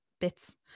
bits